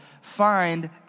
find